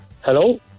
Hello